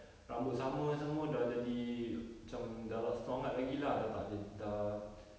rambut sama semua dah jadi macam dah tak semangat lagi lah dah tak jad~ dah